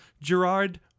Gerard